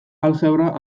aljebra